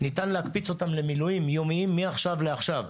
ניתן להקפיץ אותם למילואים יומיים מעכשיו לעכשיו.